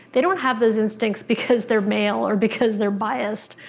they don't have those instincts because they're male or because they're biased.